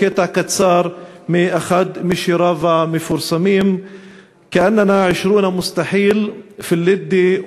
קטע קצר מאחד משיריו המפורסמים (אומר דברים בשפה הערבית,